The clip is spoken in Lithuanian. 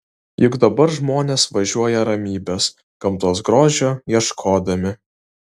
juk dabar žmonės važiuoja ramybės gamtos grožio ieškodami